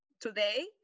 today